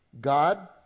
God